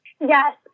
Yes